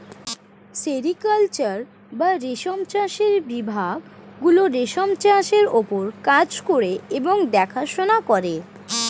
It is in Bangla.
সেরিকালচার বা রেশম চাষের বিভাগ গুলো রেশম চাষের ওপর কাজ করে এবং দেখাশোনা করে